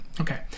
Okay